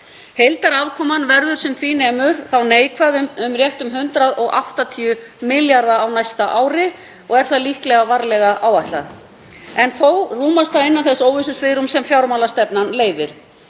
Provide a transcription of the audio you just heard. Heildarafkoman verður þá sem því nemur neikvæð um rétt um 180 milljarða á næsta ári og er það líklega varlega áætlað en þó rúmast innan þess óvissusvigrúm sem fjármálastefnan leyfir.